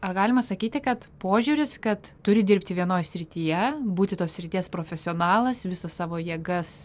ar galima sakyti kad požiūris kad turi dirbti vienoj srityje būti tos srities profesionalas visas savo jėgas